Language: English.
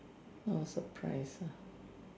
no surprise lah